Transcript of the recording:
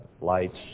lights